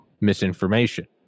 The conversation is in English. misinformation